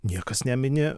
niekas nemini